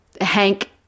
Hank